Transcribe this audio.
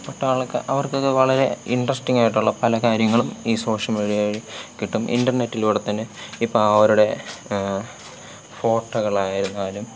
പട്ടാളക്കാർ അവർക്കൊക്കെ വളരെ ഇൻട്രസ്റ്റിങ്ങായിട്ടുള്ള പല കാര്യങ്ങളും ഈ സോഷ്യൽ മീഡിയയിൽ കിട്ടും ഇൻ്റെർനെറ്റിലൂടെ തന്നെ ഇപ്പോള് അവരുടെ ഫോട്ടോകളായിരുന്നാലും